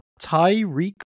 Tyreek